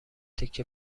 تکه